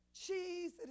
cheese